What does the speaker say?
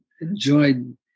enjoyed